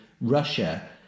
Russia